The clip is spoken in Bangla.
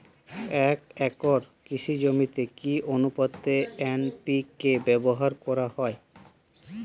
এক একর কৃষি জমিতে কি আনুপাতে এন.পি.কে ব্যবহার করা হয়?